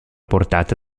portata